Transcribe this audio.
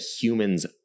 humans